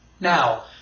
now